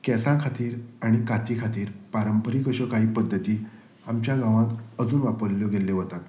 केंसां खातीर आनी काती खातीर पारंपारीक अश्यो कां पद्दती आमच्या गांवांत अजून वापरल्यो गेल्ल्यो वतात